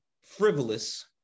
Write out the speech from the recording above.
frivolous